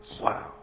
Wow